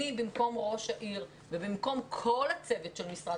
אני במקום ראש העיר ובמקום כל הצוות של משרד